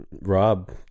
Rob